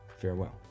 Farewell